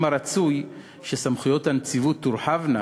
שמא רצוי שסמכויות הנציבות תורחבנה,